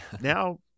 Now